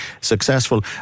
successful